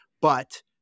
But-